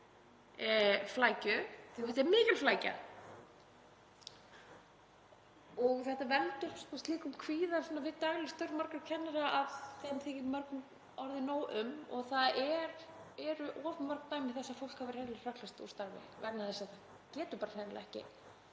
flækju, því þetta er mikil flækja og þetta veldur slíkum kvíða við dagleg störf margra kennara að þeim þykir mörgum orðið nóg um. Það eru of mörg dæmi þess að fólk hafi hreinlega hrökklast úr starfi vegna þess að það getur hreinlega ekki